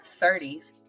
30s